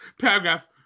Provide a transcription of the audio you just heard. paragraph